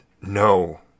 no